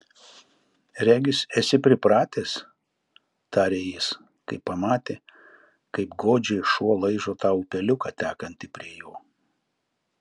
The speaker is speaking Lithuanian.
regis esi pripratęs tarė jis kai pamatė kaip godžiai šuo laižo tą upeliuką tekantį prie jo